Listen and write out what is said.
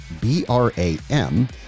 B-R-A-M